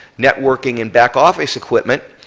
networking and back-office equipment,